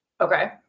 Okay